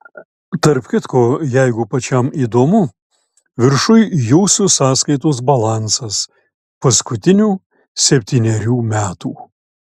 tarp kitko jeigu pačiam įdomu viršuj jūsų sąskaitos balansas paskutinių septynerių metų